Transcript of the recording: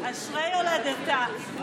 אשרי יולדתה.